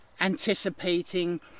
Anticipating